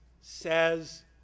says